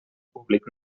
públic